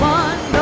one